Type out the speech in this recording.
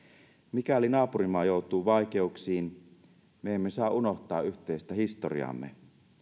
mikäli naapurimaa joutuu vaikeuksiin me emme saa unohtaa yhteistä historiaamme